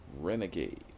Renegade